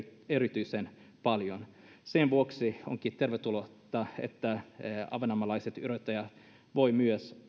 erityisen paljon sen vuoksi onkin tervetullutta että myös ahvenanmaalaiset yrittäjät voivat